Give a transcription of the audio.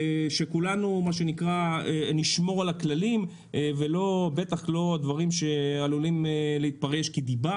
שכן יראה שכולנו שומרים על הכללים ושאין דברים שעלולים להתפרש כדיבה,